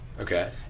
Okay